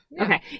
okay